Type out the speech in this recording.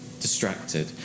distracted